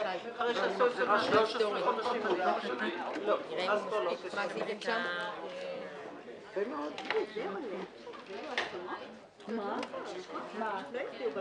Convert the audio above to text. בשעה 15:48.